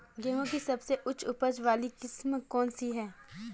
गेहूँ की सबसे उच्च उपज बाली किस्म कौनसी है?